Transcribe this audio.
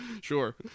sure